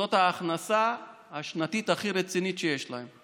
זאת ההכנסה השנתית הכי רצינית שיש להם,